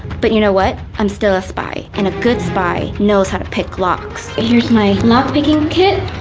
but you know what? i'm still a spy and a good spy knows how to pick locks. here's my lock picking kit.